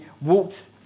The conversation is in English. walked